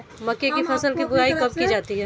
मक्के की फसल की बुआई कब की जाती है?